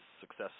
success